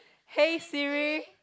hey Siri